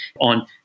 on